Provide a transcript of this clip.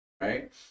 right